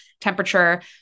temperature